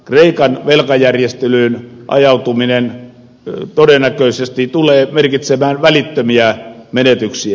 kreikan velkajärjestelyyn ajautuminen todennäköisesti tulee merkitsemään välittömiä menetyksiä